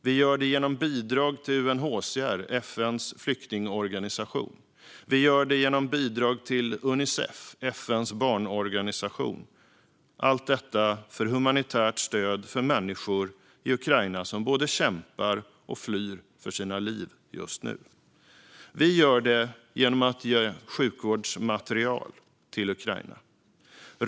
Vi gör det genom bidrag till UNHCR, FN:s flyktingorganisation, och till Unicef, FN:s barnorganisation - allt detta för humanitärt stöd till människor i Ukraina som just nu både kämpar och flyr för sina liv. Vi gör det genom att ge sjukvårdsmateriel till Ukraina.